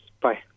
Bye